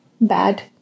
bad